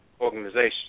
organization